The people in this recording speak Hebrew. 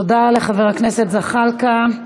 תודה לחבר הכנסת זחאלקה.